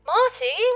Marty